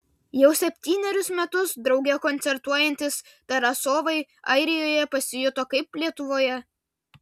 jau septynerius metus drauge koncertuojantys tarasovai airijoje pasijuto kaip lietuvoje